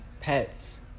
pets